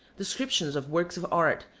descriptions of works of art,